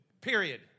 period